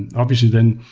and obviously, then,